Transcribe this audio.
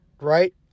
right